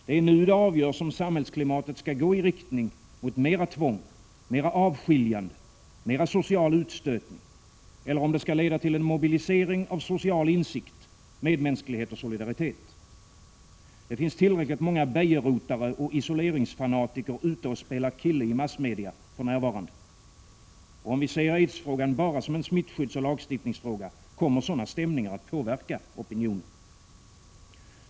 Det är nu det avgörs, om samhällsklimatet skall gå i riktning mot mera tvång, avskiljande, social utstötning eller om det skall leda till en mobilisering av social insikt, medmänsklighet och solidaritet. Det finns tillräckligt många begerotare och isoleringsfanatiker ute och spelar kille i massmedia för närvarande. Och om vi ser aidsfrågan bara som en smittskyddsoch lagstiftningsfråga, kommer sådana stämningar att påverka opinionen.